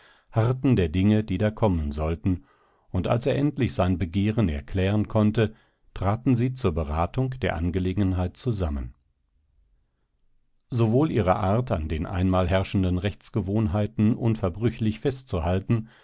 harrten der dinge die da kommen sollten und als er endlich sein begehren erklären konnte traten sie zur beratung der angelegenheit zusammen sowohl ihre art an den einmal herrschenden rechtsgewohnheiten unverbrüchlich festzuhalten